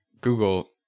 Google